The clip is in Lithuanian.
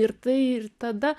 ir tai ir tada